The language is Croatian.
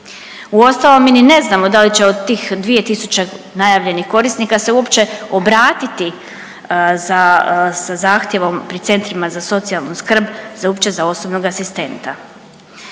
Uostalom, mi ni ne znamo da li će od tih 2 tisuće najavljenih korisnika se uopće obratiti za, sa zahtjevom pri centrima za socijalnu skrb za uopće za osobnog asistenta.